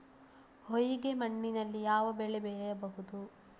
ಹೊಯ್ಗೆ ಮಣ್ಣಿನಲ್ಲಿ ಯಾವ ಬೆಳೆ ಬೆಳೆಯಬಹುದು?